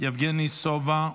יבגני סובה,